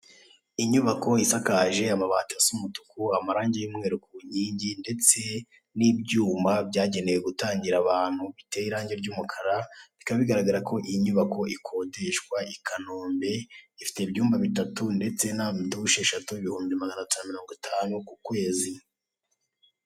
Inyubako isakaje amabati asa umutuku, amarangi y'umweru ku nkingi ndetse n'ibyuma byagenewe gutangira abantu biteye irange ry'umukara. Bikaba bigaragara ko iyi nyubako ikodeshwa i Kanombe, ifite ibyumba bitatu ndetse na dushe eshatu, ibihumbi magana atanu mirongo itanu ku kwezi.